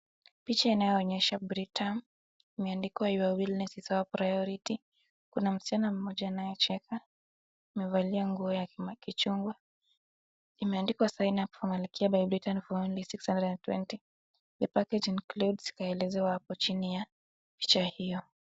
Picha inayoonyesha Britam imeandikwa your willness is our priority , msichana mmoja anayecheka amevalia nguo ya ya kichungua imeandikwa sign up for malkia for only six hundred and twenty your package includes , ikaelazewa hapo chini ya picha hio.